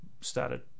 started